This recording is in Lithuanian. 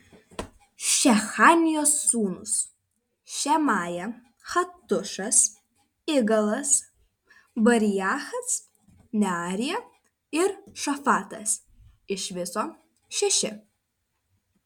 šechanijos sūnūs šemaja hatušas igalas bariachas nearija ir šafatas iš viso šeši